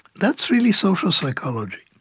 that's really social psychology.